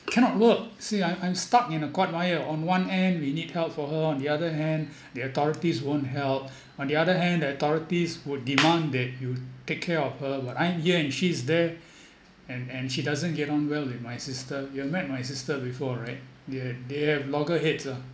cannot work see I'm I'm stuck in a court mire on one end we need help for her on the other hand the authorities won't help on the other hand the authorities would demand that you take care of her but I'm here she's there and and she doesn't get on well with my sister you've met my sister before right they they have loggerheads ah